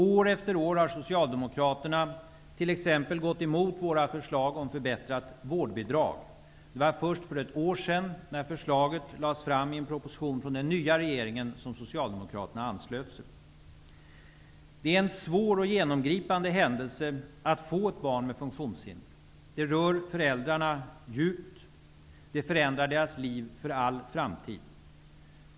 År efter år har Socialdemokraterna t.ex. gått emot våra förslag om förbättrat vårdbidrag. Det var först för ett år sedan, när förslaget lades fram i en proposition från den nya regeringen, som Socialdemokraterna anslöt sig. Det är en svår och genomgripande händelse att få ett barn med funktionshinder. Det rör föräldrarna djupt. Det förändrar deras liv för all framtid.